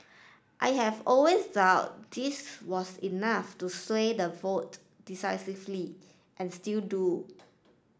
I have always doubt this was enough to sway the vote decisively and still do